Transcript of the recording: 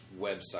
website